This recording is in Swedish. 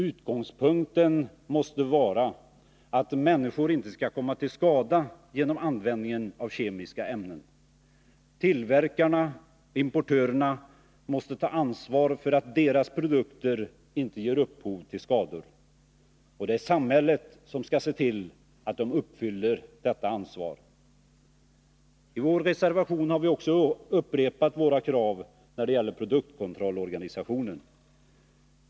Utgångspunkten måste vara att människor inte skall komma till skada genom användningen av kemiska ämnen. Tillverkarna och importörerna måste ta ansvar för att deras produkter inte ger upphov till skador. Det är samhället som skall se till att de uppfyller detta ansvar. I vår reservation har vi också upprepat våra krav när det gäller produktkontrollorganisationen.